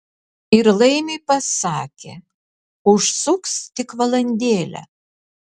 ir laimiui pasakė užsuks tik valandėlę